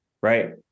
right